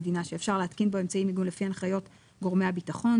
בידי המדינה שאפשר להתקין בו אמצעי מיגון לפי הנחיות גורמי הביטחון: